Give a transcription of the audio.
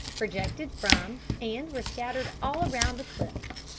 projected from, and were scattered all round, the cliffs.